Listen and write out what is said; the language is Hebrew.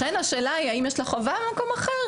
לכן השאלה היא האם יש לה חובה ממקום אחר.